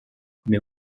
mais